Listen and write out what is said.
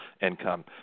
income